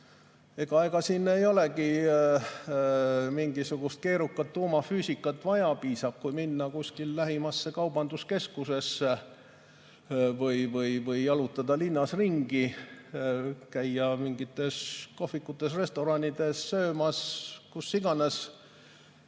siis ega siin ei olegi mingisugust keerukat tuumafüüsikat vaja, piisab, kui minna lähimasse kaubanduskeskusesse või jalutada linnas ringi, käia mingites kohvikutes‑restoranides söömas, kus iganes.